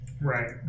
Right